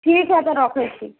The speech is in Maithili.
ठीक है त रखै छी